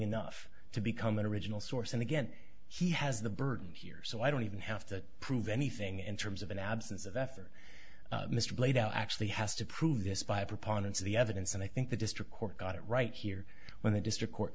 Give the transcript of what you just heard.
enough to become an original source and again he has the burden here so i don't even have to prove anything in terms of an absence of effort mr plato actually has to prove this by a preponderance of the evidence and i think the district court got it right here when the district court